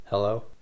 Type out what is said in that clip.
Hello